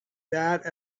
diet